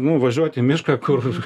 nu važiuoti į mišką kur